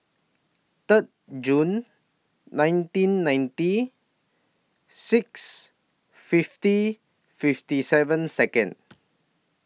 Third June nineteen ninety six fifty fifty seven Second